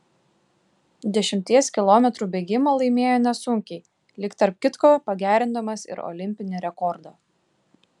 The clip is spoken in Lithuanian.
dešimties kilometrų bėgimą laimėjo nesunkiai lyg tarp kitko pagerindamas ir olimpinį rekordą